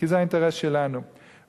כי זה האינטרס שלנו,